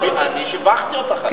אני שיבחתי אותך על זה.